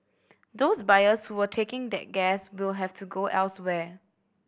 those buyers who were taking that gas will have to go elsewhere